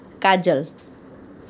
કાજલ